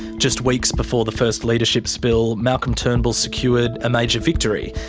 just weeks before the first leadership spill, malcolm turnbull secured a major victory.